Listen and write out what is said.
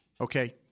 Okay